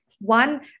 One